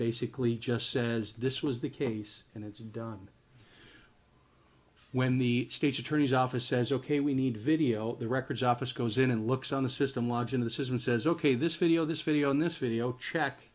basically just says this was the case and it's done when the state attorney's office says ok we need video the records office goes in and looks on the system lodged in the system says ok this video this video and this video check